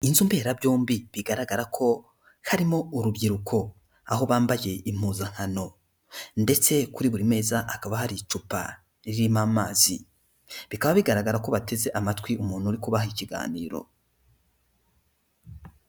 Inzu mbera byombi bigaragara ko harimo urubyiruko, aho bambaye impuzankano ndetse kuri buri mezi hakaba hari icupa ririmo amazi, bikaba bigaragara ko bateze amatwi umuntu uri kubaha ikiganiro.